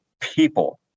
people